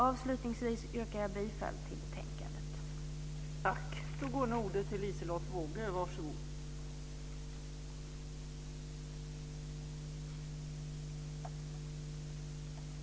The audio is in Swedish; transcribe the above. Avslutningsvis yrkar jag bifall till hemställan i betänkandet.